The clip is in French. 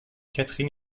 katherine